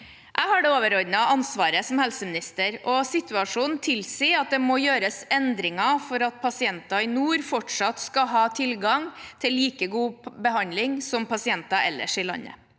jeg det overordnede ansvaret, og situasjonen tilsier at det må gjøres endringer for at pasienter i nord fortsatt skal ha tilgang til like god behandling som pasienter ellers i landet.